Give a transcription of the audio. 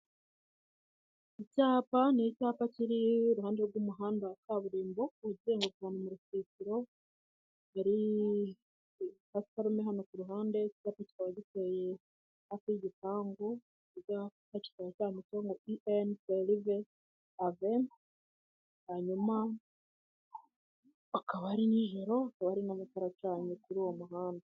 Icyapa ni icyapa kiri iruhande rw'umuhanda wa kaburimbo uzenguka ahantu mu rusisiro, hari pasuparume hano kuruhande utwatsiti tukaba duteye hafi y'igipangu icyapa kikaba cyanditseho EN tuwerive, hanyuma akaba ari nijoro, hakaba hari n'amatara acanye kuri uwo muhanda.